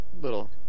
little